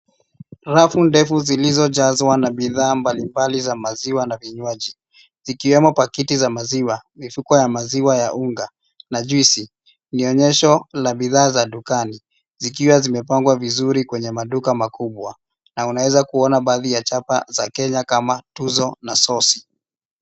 Rafu ndefu zilizojazwa na bidhaa mbalimbali za maziwa na vinywaji zikiwemo pakiti za maziwa, mifuko ya maziwa ya unga na juisi. Ni onyesho la bidhaa za dukani zikiwa zimepangwa vizuri kwenye maduka makubwa na unaweza kuona baadhi ya chapa za Kenya kama Tuzo na Sossi.